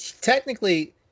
technically